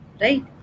right